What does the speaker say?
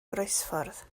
groesffordd